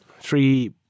Three